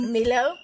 Milo